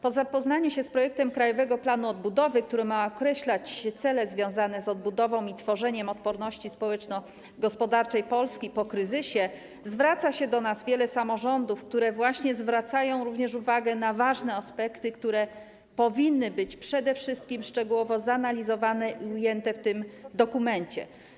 Po zapoznaniu się z projektem krajowego planu odbudowy, który ma określać cele związane z odbudową i tworzeniem odporności społeczno-gospodarczej Polski po kryzysie, zwraca się do nas wiele samorządów, które właśnie zwracają również uwagę na ważne aspekty, które powinny być przede wszystkim szczegółowo zanalizowane i ujęte w tym dokumencie.